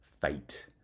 fate